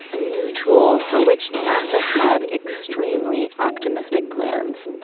a new tool for which nasa had extremely optimistic plans.